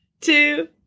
two